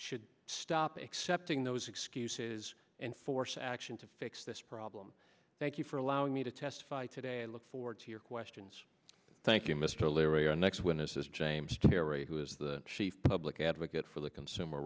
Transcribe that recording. should stop accepting those excuses and force action to fix this problem thank you for allowing me to testify today and look forward to your questions thank you mr leary are next witnesses james terry who is the chief public advocate for the consumer